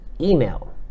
email